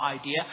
idea